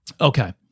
Okay